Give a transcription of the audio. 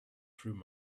through